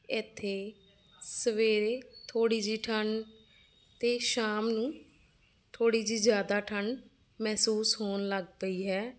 ਇੱਥੇ ਸਵੇਰੇ ਥੋੜ੍ਹੀ ਜਿਹੀ ਠੰਡ ਅਤੇ ਸ਼ਾਮ ਨੂੰ ਥੋੜ੍ਹੀ ਜਿਹੀ ਜ਼ਿਆਦਾ ਠੰਡ ਮਹਿਸੂਸ ਹੋਣ ਲੱਗ ਪਈ ਹੈ